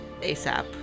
ASAP